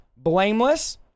blameless